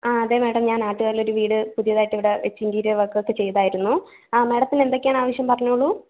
ആ അതെ മേഡം ഞാൻ ആറ്റുകാലിലൊരു വീട് പുതിയതായിട്ട് ഇവിടെ വെച്ച് ഇൻറ്റീരിയർ വർക്കൊക്കെ ചെയ്തായിരുന്നു ആ മേഡത്തിന് എന്തൊക്കെയാണ് ആവശ്യം പറഞ്ഞോളൂ